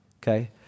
Okay